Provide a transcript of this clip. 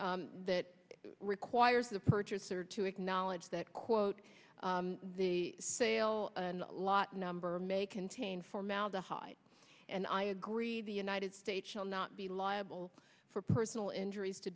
that requires the purchaser to acknowledge that quote the sale lot number may contain formaldehyde and i agree the united states shall not be liable for personal injuries to